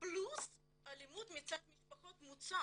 פלוס אלימות מצד משפחות המוצא